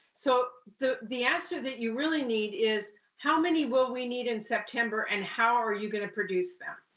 so the the answer that you really need is, how many will we need in september, and how are you going to produce them?